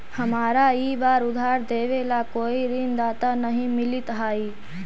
हमारा ई बार उधार देवे ला कोई ऋणदाता नहीं मिलित हाई